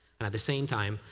and at the same time,